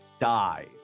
dies